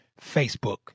Facebook